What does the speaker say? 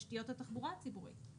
תשתיות התחבורה הציבוריות.